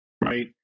right